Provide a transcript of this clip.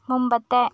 മുമ്പത്തെ